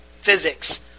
physics